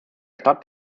stadt